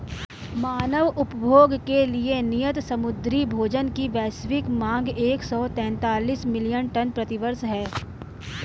मानव उपभोग के लिए नियत समुद्री भोजन की वैश्विक मांग एक सौ तैंतालीस मिलियन टन प्रति वर्ष है